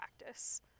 practice